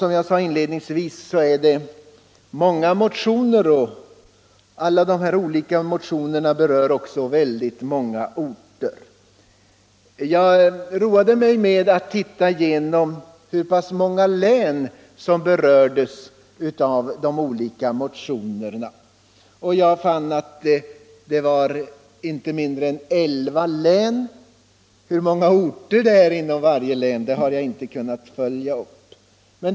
Som jag sade inledningsvis är det många motioner i detta ärende, och alla dessa motioner berör också många orter. Jag roade mig med att räkna igenom hur många län som berördes av de olika motionerna, och jag fann att det var inte mindre än elva län. Hur många orter inom varje län som berörs har jag inte kunnat följa upp.